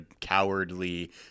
cowardly